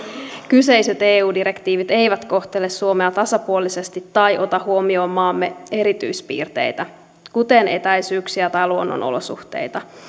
kyseiset eu direktiivit eivät kohtele suomea tasapuolisesti tai ota huomioon maamme erityispiirteitä kuten etäisyyksiä tai luonnonolosuhteita